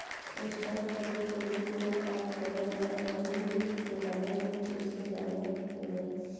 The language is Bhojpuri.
स्टॉक ब्रोकर के रूप में काम करे वाला वाणिज्यिक के बारे में ठीक से जाने ले